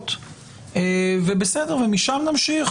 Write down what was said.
מדרגות ומשם נמשיך.